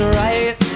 right